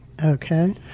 Okay